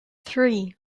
three